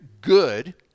good